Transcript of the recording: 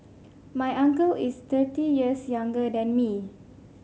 my uncle is thirty years younger than me